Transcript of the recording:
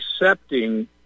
accepting